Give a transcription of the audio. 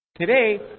Today